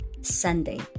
Sunday